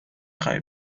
خواهی